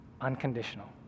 unconditional